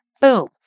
boom